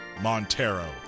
Montero